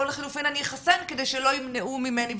או לחילופין אני אחסן כדי שלא ימנעו ממני,